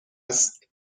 است